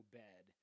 bed